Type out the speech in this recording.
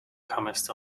comest